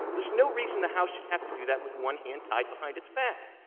there's no reason the house should have to do that with one hand tied behind its back.